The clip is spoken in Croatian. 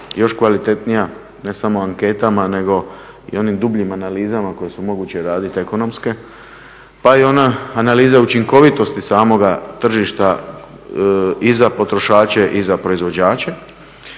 još kvalitetnija, ne samo u anketama nego i u onim dubljim analizama koje su moguće raditi ekonomske, pa i ona analiza učinkovitosti samoga tržišta i za potrošače i za proizvođače.